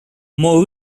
more